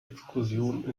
exkursion